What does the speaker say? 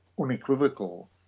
unequivocal